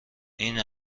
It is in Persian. این